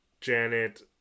Janet